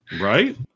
Right